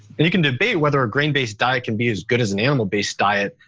and you can debate whether a grain based diet can be as good as an animal based diet,